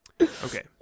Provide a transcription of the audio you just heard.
Okay